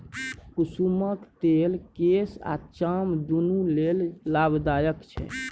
कुसुमक तेल केस आ चाम दुनु लेल लाभदायक छै